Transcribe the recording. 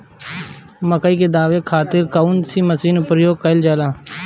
मकई दावे खातीर कउन मसीन के प्रयोग कईल जाला?